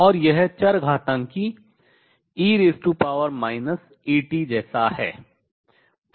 और यह चरघातांकी e At जैसा है